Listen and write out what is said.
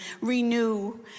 renew